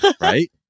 right